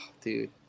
dude